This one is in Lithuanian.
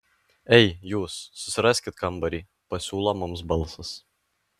ei jūs susiraskit kambarį pasiūlo mums balsas